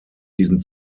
diesen